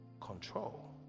control